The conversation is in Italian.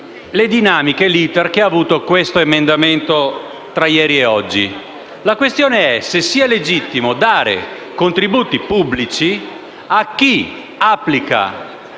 Grazie,